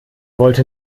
wollte